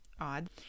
odd